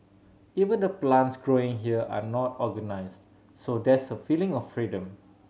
even the plants growing here are not organised so there's a feeling of freedom